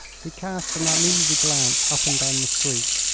he cast an uneasy glance up and down the street.